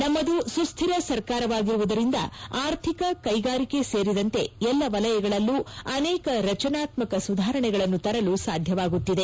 ನಮ್ಮದು ಸುಸ್ವಿರ ಸರ್ಕಾರವಾಗಿರುವುದರಿಂದ ಆರ್ಥಿಕ ಕೈಗಾರಿಕೆ ಸೇರಿದಂತೆ ಎಲ್ಲ ವಲಯಗಳಲ್ಲೂ ಅನೇಕ ರಚನಾತ್ಮಕ ಸುಧಾರಣೆಗಳನ್ನು ತರಲು ಸಾಧ್ಜವಾಗುತ್ತಿದೆ